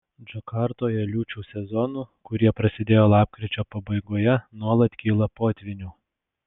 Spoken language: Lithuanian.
džakartoje liūčių sezonu kurie prasidėjo lapkričio pabaigoje nuolat kyla potvynių